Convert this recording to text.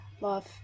love